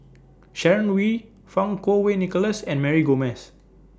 Sharon Wee Fang Kuo Wei Nicholas and Mary Gomes